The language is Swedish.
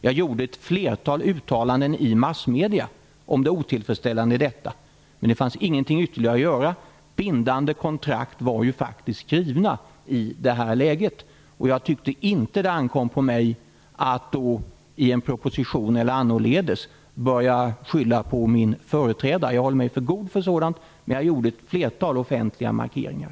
Jag gjorde ett flertal uttalanden i massmedierna om det otillfredsställande med detta. Men det fanns inget ytterligare att göra. Bindande kontrakt var skrivna i det läget. Jag tyckte inte att det ankom på mig att i en proposition eller annorledes börja skylla på min företrädare, för jag håller mig för god för sådant. Men jag gjorde ett flertal offentliga markeringar.